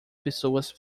pessoas